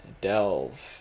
delve